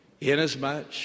Inasmuch